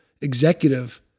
executive